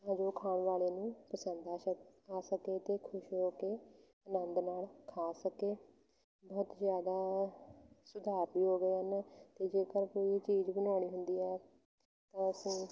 ਤਾਂ ਜੋ ਖਾਣ ਵਾਲੇ ਨੂੰ ਪਸੰਦ ਆ ਸਕ ਆ ਸਕੇ ਅਤੇ ਖੁਸ਼ ਹੋ ਕੇ ਆਨੰਦ ਨਾਲ ਖਾ ਸਕੇ ਬਹੁਤ ਜ਼ਿਆਦਾ ਸੁਧਾਰ ਵੀ ਹੋ ਗਏ ਹਨ ਅਤੇ ਜੇਕਰ ਕੋਈ ਚੀਜ਼ ਬਣਾਉਣੀ ਹੁੰਦੀ ਹੈ ਤਾਂ ਅਸੀਂ